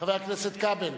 חבר הכנסת כבל,